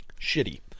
shitty